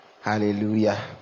Hallelujah